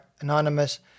anonymous